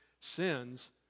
sins